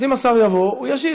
אז אם השר יבוא, הוא ישיב.